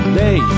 day